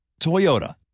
Toyota